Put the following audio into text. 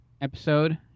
episode